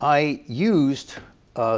i used